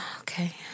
Okay